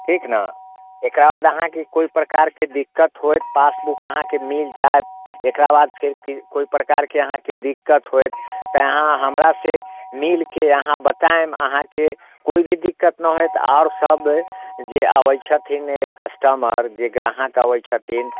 ठीक ने एकर बाद अहाँके कोइ प्रकारके दिक्कत होइत पासबुक अहाँके मिल जायत एकरा बाद फेर अहाँके कोइ प्रकारके दिक्कत होयत तऽ अहाँ हमरासँ मिलके अहाँ बतायब अहाँके कोइ भी दिक्कत नहि होयत आओर सभ जे अबै छथिन कस्टमर जे ग्राहक अबै छथिन